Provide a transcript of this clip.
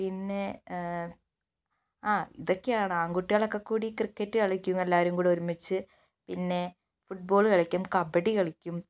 പിന്നെ ആ ഇതൊക്കെയാണ് ആൺകുട്ടികൾ ഒക്കെ കൂടി ക്രിക്കറ്റ് കളിക്കും എല്ലാവരും കൂടെ ഒരുമിച്ച് പിന്നെ ഫുട്ബോള് കളിക്കും കബഡി കളിക്കും